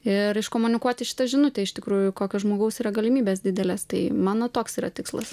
ir iškomunikuoti šitą žinutę iš tikrųjų kokios žmogaus yra galimybės didelės tai mano toks yra tikslas